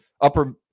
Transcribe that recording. upper